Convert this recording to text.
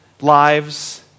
lives